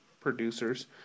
producers